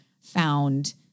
found